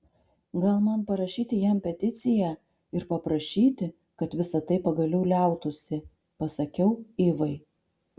gal man parašyti jam peticiją ir paprašyti kad visa tai pagaliau liautųsi pasakiau ivai